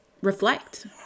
reflect